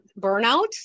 burnout